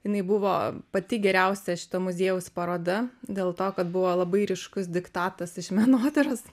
jinai buvo pati geriausia šito muziejaus paroda dėl to kad buvo labai ryškus diktatas iš menotyros